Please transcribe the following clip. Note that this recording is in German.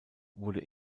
wurde